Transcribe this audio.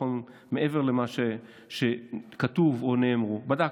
מעבר למה שכתוב או נאמר: בדקתי,